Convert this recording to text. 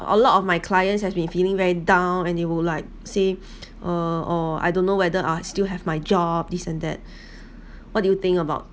a lot of my clients has been feeling very down and they will like say uh oh I don't know whether I still have my job this and that what do you think about